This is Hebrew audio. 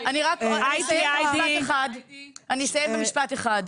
אסיים במשפט אחד.